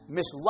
Miss